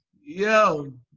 yo